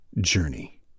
Journey